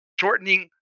shortening